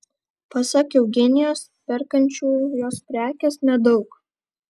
pasak eugenijos perkančiųjų jos prekes nedaug